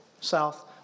South